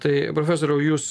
tai profesoriau jūs